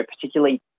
particularly